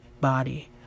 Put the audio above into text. body